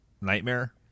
Nightmare